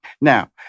Now